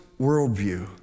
worldview